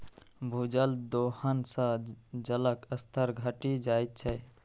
भूजल दोहन सं जलक स्तर घटि जाइत छै